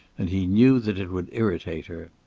and he knew that it would irritate her.